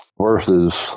versus